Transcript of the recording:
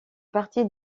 partie